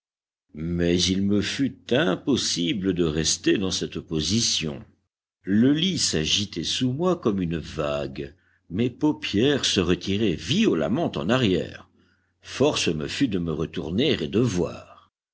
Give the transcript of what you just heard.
mais il me fut impossible de rester dans cette position le lit s'agitait sous moi comme une vague mes paupières se retiraient violemment en arrière force me fut de me retourner et